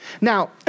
Now